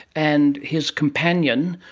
and his companion.